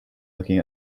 looking